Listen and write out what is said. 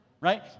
Right